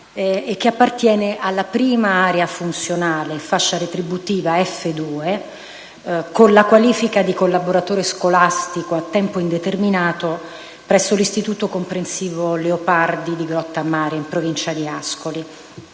e che appartiene alla prima area funzionale, fascia retributiva F2, con la qualifica di collaboratore scolastico a tempo indeterminato presso l'Istituto comprensivo «G. Leopardi» di Grottammare, in Provincia di Ascoli.